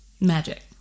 Magic